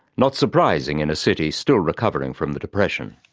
not surprising in a city still recovering from the depression.